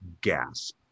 gasp